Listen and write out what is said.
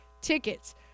tickets